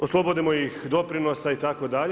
Oslobodimo ih doprinosa itd.